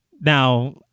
Now